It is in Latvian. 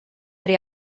arī